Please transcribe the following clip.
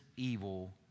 Evil